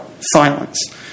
silence